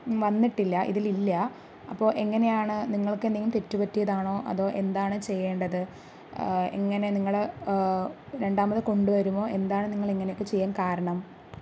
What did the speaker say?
വന്നിട്ടില്ല ഇതിലില്ല അപ്പോൾ എങ്ങനെയാണ് നിങ്ങൾക്കെന്തെങ്കിലും തെറ്റ് പറ്റിയതാണോ അതോ എന്താണ് ചെയ്യേണ്ടത് ഇങ്ങനെ നിങ്ങൾ രണ്ടാമത് കൊണ്ടു വരുമോ എന്താണ് നിങ്ങളിങ്ങനെയൊക്കെ ചെയ്യാൻ കാരണം